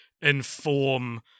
inform